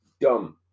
Dumb